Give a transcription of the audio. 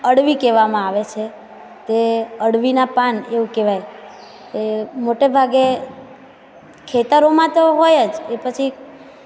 તેને અડવી કહેવામાં આવે છે તે અડવીના પાન એવું કહેવાય મોટે ભાગે ખેતરોમાં તો હોય જ એ પછી